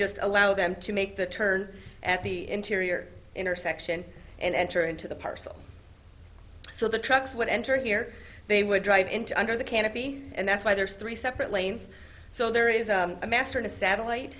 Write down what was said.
just allow them to make the turn at the interior intersection and enter into the parcel so the trucks would enter here they would drive into under the canopy and that's why there's three separate lanes so there is a master and a satellite